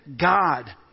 God